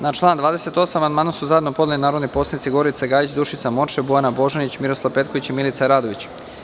Na član 28. amandman su zajedno podneli narodni poslanici Gorica Gajić, Dušica Morčev, Bojana Božanić, Miroslav Petković i Milica Radović.